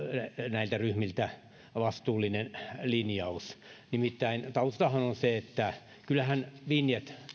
näiltä ryhmiltä vastuullinen linjaus nimittäin taustahan on se että kyllähän vinjet